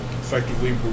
effectively